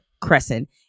Crescent